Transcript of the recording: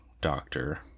doctor